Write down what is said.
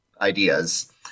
ideas